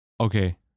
Okay